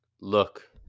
look